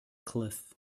cliff